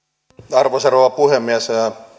arvoisa rouva puhemies